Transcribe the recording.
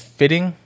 fitting